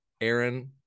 Aaron